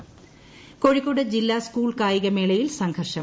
school കായികമേള കോഴിക്കോട് ജില്ല school കായികമേളയിൽ സംഘർഷം